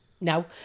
no